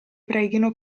preghino